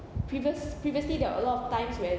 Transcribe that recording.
previous previously there were a lot of times where